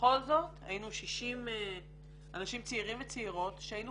ובכל זאת היינו 60 אנשים צעירים וצעירות שהיינו